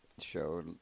show